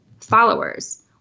followers